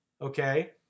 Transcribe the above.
okay